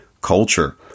culture